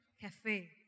Cafe